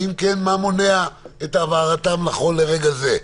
ואם כן, מה מונע את העברתם נכון לרגע זה?